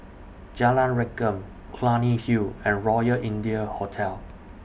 Jalan Rengkam Clunny Hill and Royal India Hotel